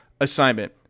assignment